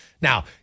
Now